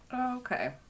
Okay